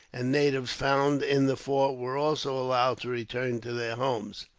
and natives found in the fort were also allowed to return to their homes.